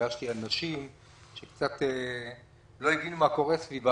כשפגשתי אנשים שלא הבינו מה קורה סביבם,